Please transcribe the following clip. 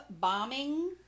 bombing